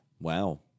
Wow